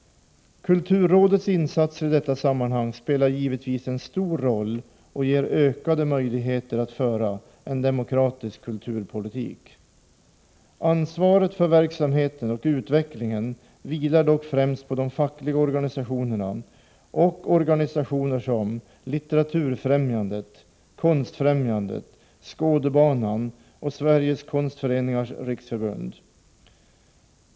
Kulturrådets insatser i detta sammanhang spelar givetvis en stor roll och ger ökade möjligheter till förande av en demokratisk kulturpolitik. Ansvaret för verksamheten och utvecklingen vilar dock främst på de fackliga organisationerna och på sammanslutningar som Litteraturfrämjandet, Konstfrämjandet, Skådebanan och Sveriges konstföreningars riksförbund.